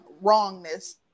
wrongness